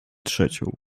trzecią